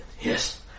yes